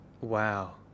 Wow